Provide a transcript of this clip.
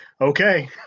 okay